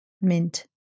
mint